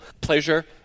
pleasure